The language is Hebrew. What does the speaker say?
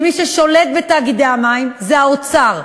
כי מי ששולט בתאגידי המים זה האוצר.